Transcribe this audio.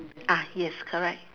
ah yes correct